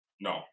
no